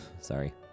Sorry